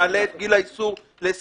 נעלה את גיל האיסור ל-21,